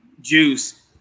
juice